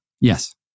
Yes